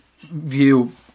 view